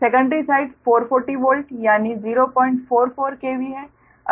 secondary side 440 volt यानी 044 KV है